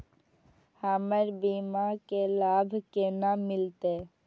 हमर बीमा के लाभ केना मिलते?